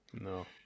No